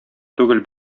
түгел